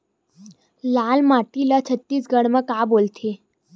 लाल माटी ला छत्तीसगढ़ी मा का बोलथे?